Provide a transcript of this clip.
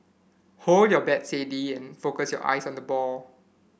hold your bat steady and focus your eyes on the ball